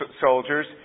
soldiers